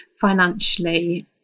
financially